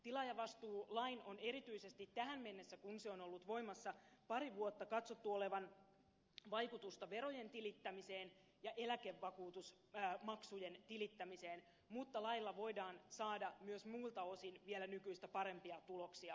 tilaajavastuulain on erityisesti tähän mennessä kun se on ollut voimassa pari vuotta katsottu olevan vaikutusta verojen tilittämiseen ja eläkevakuutusmaksujen tilittämiseen mutta lailla voidaan saada myös muilta osin vielä nykyistä parempia tuloksia aikaiseksi